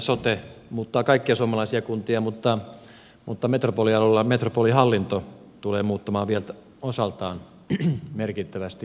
sote muuttaa kaikkia suomalaisia kuntia mutta metropolialueilla metropolihallinto tulee muuttamaan osaltaan merkittävästi